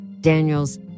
Daniel's